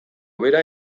bera